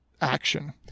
action